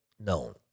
known